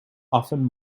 often